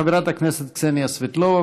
חברת הכנסת קסניה סבטלובה,